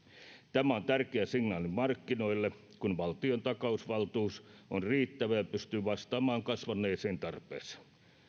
tämä on tärkeä signaali markkinoille kun valtion takausvaltuus on riittävä ja pystyy vastaamaan kasvaneeseen tarpeeseen